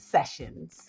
Sessions